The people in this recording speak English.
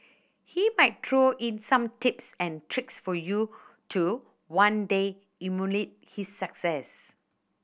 he might throw in some tips and tricks for you to one day emulate his success